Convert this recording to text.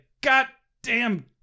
goddamn